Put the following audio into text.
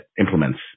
implements